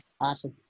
Awesome